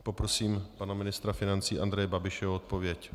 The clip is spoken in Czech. Poprosím pana ministra financí Andreje Babiše o odpověď.